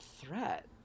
threat